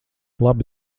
labi